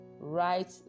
right